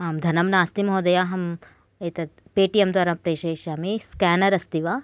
आम् धनं नास्ति महोदय अहम् एतत् पे टी एम् द्वारा प्रेशयिष्यामि स्केनर् अस्ति वा